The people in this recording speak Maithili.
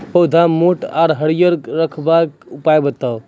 पौधा मोट आर हरियर रखबाक उपाय बताऊ?